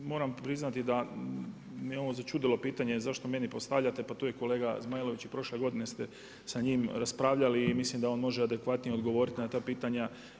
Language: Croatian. Moram priznati da me ovo začudilo pitanje, zašto meni postavljate, pa tu je kolega Zmajlović i prošle godine ste sa njim raspravljali i mislim da on može adekvatnije odgovoriti na ta pitanja.